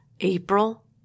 April